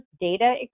data